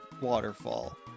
waterfall